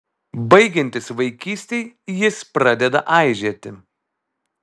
baigiantis vaikystei jis pradeda aižėti